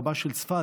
רבה של צפת,